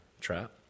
trap